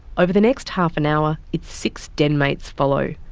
over the next half an hour its six den mates follow.